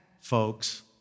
folks